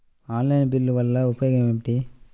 Online బిల్లుల వల్ల ఉపయోగమేమిటీ?